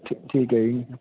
ਠੀਕ ਹੈ ਜੀ